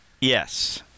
Yes